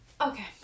Okay